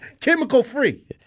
Chemical-free